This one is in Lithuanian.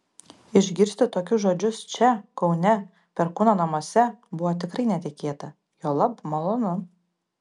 išgirsti tokius žodžius čia kaune perkūno namuose buvo tikrai netikėta juolab malonu